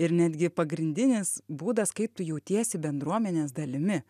ir netgi pagrindinis būdas kaip tu jautiesi bendruomenės dalimi